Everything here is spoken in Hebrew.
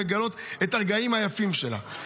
לגלות את הרגעים היפים שלהם.